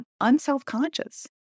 unselfconscious